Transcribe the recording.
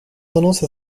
tendance